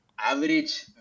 average